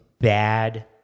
bad